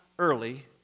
early